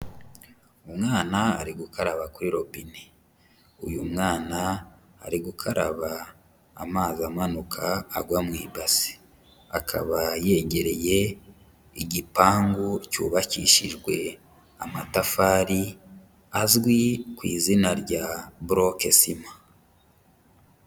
Umwana ari gukaraba kuri robine, uyu mwana ari gukaraba amazi amanuka agwa mu ibasi, akaba yegereye igipangu cyubakishijwe amatafari azwi ku izina rya burokesima.